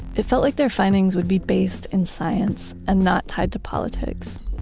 it felt like their findings would be based in science and not tied to politics.